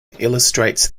illustrates